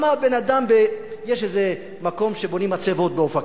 יש איזה מקום שבונים בו מצבות, באופקים.